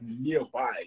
nearby